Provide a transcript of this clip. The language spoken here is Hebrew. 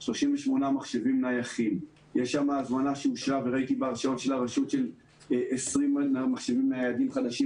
מחשבים נייחים; יש שם הזמנה שאושרה של 20 מחשבים ניידים חדשים,